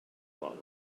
vol